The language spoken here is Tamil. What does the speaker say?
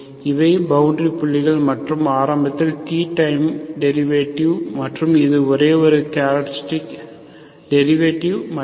இவை பவுண்டரி புள்ளிகள் மற்றும் ஆரம்பத்தில் t டைம் ம டெரிவேடிவ் மற்றும் இது ஒரேஒரு டெரிவேடிவ் மட்டுமே